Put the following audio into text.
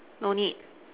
no need